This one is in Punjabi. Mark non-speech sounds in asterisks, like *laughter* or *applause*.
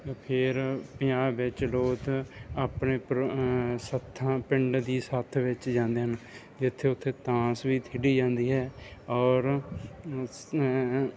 ਫਿਰ ਪੰਜਾਬ ਵਿੱਚ ਲੋਕ ਆਪਣੇ ਪਰ ਸੱਥਾਂ ਪਿੰਡ ਦੀ ਸੱਥ ਵਿੱਚ ਜਾਂਦੇ ਹਨ ਜਿੱਥੇ ਉੱਥੇ ਤਾਸ਼ ਵੀ ਖੇਡੀ ਜਾਂਦੀ ਹੈ ਔਰ *unintelligible*